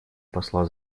посла